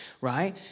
right